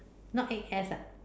not eight S ah